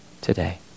today